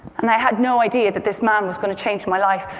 and i had no idea that this man was going to change my life.